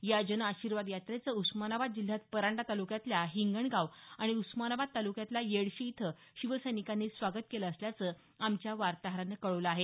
या जनआशीर्वाद यात्रेचं उस्मानाबाद जिल्ह्यात परांडा तालुक्यातल्या हिंगणगाव आणि उस्मानाबाद तालुक्यातल्या येडशी इथं शिवसैनिकांनी स्वागत केलं असल्याचं आमच्य वार्ताहरानं कळवलं आहे